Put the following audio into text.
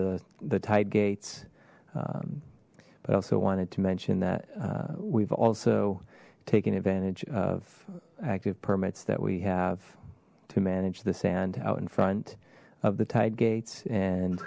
the the tide gates but also wanted to mention that we've also taken advantage of active permits that we have to manage the sand out in front of the tide gates and